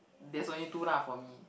there's only two lah for me